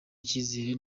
ikizere